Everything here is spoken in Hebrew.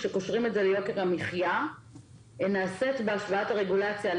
כשקושרים את זה ליוקר המחיה נעשית בהשוואת הרגוליציה?